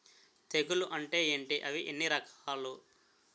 తెగులు అంటే ఏంటి అవి ఎన్ని రకాలు?